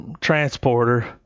transporter